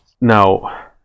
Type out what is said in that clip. now